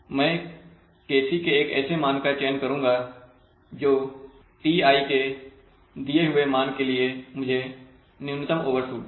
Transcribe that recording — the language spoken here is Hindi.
मैं Kc के ऐसे मान का चयन करूँगा जो Ti के एक दिए हुए मान के लिए मुझे न्यूनतम ओवरशूट दे